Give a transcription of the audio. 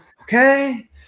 okay